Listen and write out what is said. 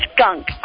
skunk